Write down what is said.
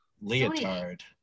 leotard